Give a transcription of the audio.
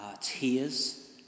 tears